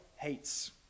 hates